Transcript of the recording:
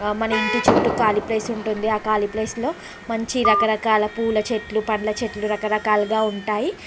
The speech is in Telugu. మన ఇంటి చుట్టూ ఖాళీ ప్లేస్ ఉంటుంది ఆ ఖాళీ ప్లేస్లో మంచి రకరకాల పూల చెట్లు పండ్ల చెట్లు రకరకాలుగా ఉంటాయి